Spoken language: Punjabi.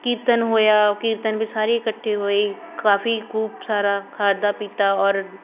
ਕੀਰਤਨ ਹੋਇਆ ਕੀਰਤਨ ਵਿੱਚ ਸਾਰੇ ਇਕੱਠੇ ਹੋਏ ਕਾਫੀ ਖੂਬ ਸਾਰਾ ਖਾਧਾ ਪੀਤਾ ਔਰ